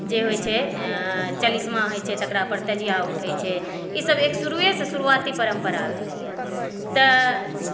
जे होइ छै चालीसमा होइ छै तकरा पर तजिआ उठै छै ई सभ शुरुएसँ एक शुरूआती परम्परा भेलैए तै